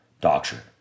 doctrine